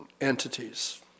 entities